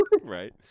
Right